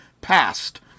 passed